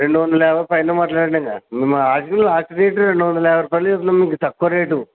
రెండు వందల యాభై పైన మాట్లాడండి ఇంకా మేము అక్కడికి లాస్ట్ రేటు రెండు వందల యాభై రూపాయలు చెప్తున్నాము మీకు తక్కువ రేటు